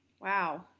Wow